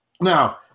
Now